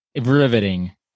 Riveting